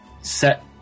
set